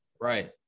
Right